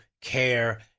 care